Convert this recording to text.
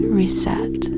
reset